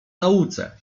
nauce